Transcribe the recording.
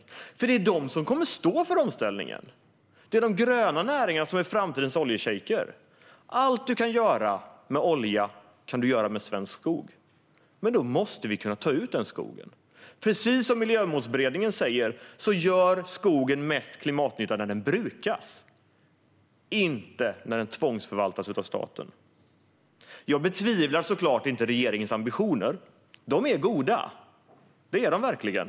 Det är de som finns där som kommer att stå för omställningen. Det är de gröna näringarna som är framtidens oljeshejker. Allt som kan göras med olja kan göras med svensk skog. Men då måste vi kunna ta ut skogen. Precis som Miljömålsberedningen säger gör skogen mest klimatnytta när den brukas, inte när den tvångsförvaltas av staten. Jag betvivlar såklart inte regeringens ambitioner. De är goda. Det är de verkligen.